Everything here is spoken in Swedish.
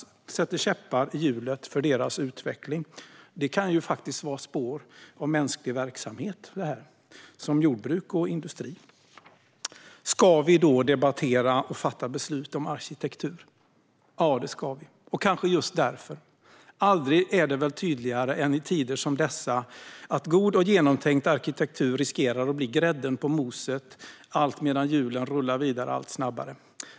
Det sätter käppar i hjulet för områdens utveckling, för det kan ju faktiskt vara spår av mänsklig verksamhet, som jordbruk och industri. Ska vi i det läget debattera och fatta beslut om arkitektur? Ja, det ska vi - och kanske just därför. Aldrig är det väl tydligare än i tider som dessa att god och genomtänkt arkitektur riskerar att bli grädden på moset, alltmedan hjulen rullar vidare allt snabbare.